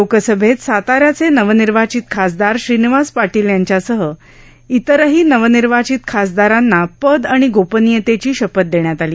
लोकसभेत साताऱ्याचे नवनिर्वाचित खासदार श्रीनिवास पाटील यांच्यासह इतरही नवनिर्वाचित खासदारांना पद आणि गोपनीयतेची शपथ देण्यात आली